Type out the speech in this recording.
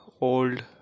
old